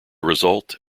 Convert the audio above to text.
result